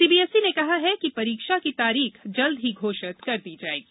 CBSE ने कहा है कि परीक्षा की तारीख जल्दी ही घोषित कर दी जायेंगी